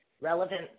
relevant